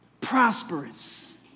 prosperous